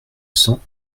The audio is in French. cent